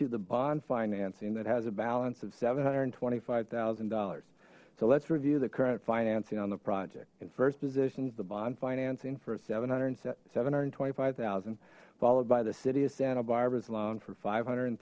to the bond financing that has a balance of seven hundred twenty five thousand dollars so let's review the current financing on the project in first positions the bond financing for seven hundred seven hundred twenty five thousand followed by the city of santa barbara's loan for five hundred and